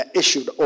issued